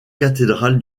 cathédrale